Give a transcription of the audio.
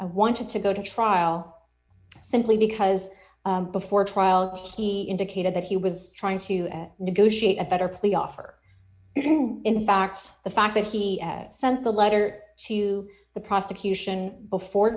i wanted to go to trial simply because before trial key indicated that he was trying to negotiate a better plea offer in fact the fact that he had sent the letter to the prosecution before